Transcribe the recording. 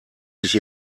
sich